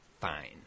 fine